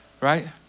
right